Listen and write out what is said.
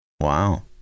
wow